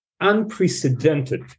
unprecedented